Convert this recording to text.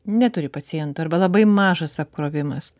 neturi pacientų arba labai mažas apkrovimas